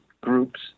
groups